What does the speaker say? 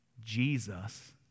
Jesus